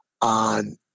on